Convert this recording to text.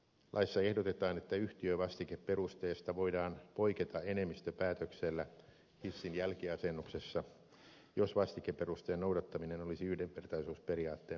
laissa ehdotetaan että yhtiövastikeperusteesta voidaan poiketa enemmistöpäätöksellä hissin jälkiasennuksessa jos vastikeperusteen noudattaminen olisi yhdenvertaisuusperiaatteen vastaista